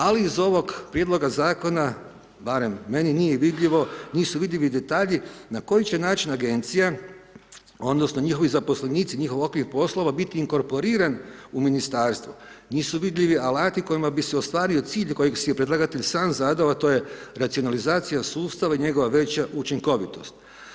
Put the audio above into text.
Ali iz ovog prijedloga zakona, barem meni nije vidljivo, nisu vidljivi detalji na koji će način agencija, odnosno, njihovi zaposlenici, njihov okvir poslova biti inkorporiran u Ministarstvu, nisu vidljivi alati kojim bi se ostvario cilj, kojeg si je predlagatelj sam zadao, a to je racionalizacija sustava i njegova veća učinkovitost.